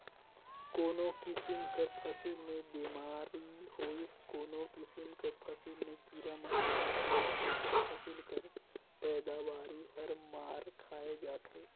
कोनो किसिम कर फसिल में बेमारी होइस कोनो किसिम कर फसिल में कीरा मकोरा होइस तेकर फसिल कर पएदावारी हर मार खाए जाथे